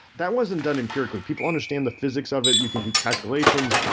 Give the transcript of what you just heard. that wasn't done empirically. people understand the physics of it. you can do calculations.